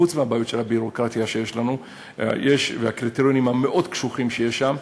חוץ מהבעיות של הביורוקרטיה שיש לנו והקריטריונים המאוד קשוחים שיש שם,